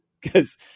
because-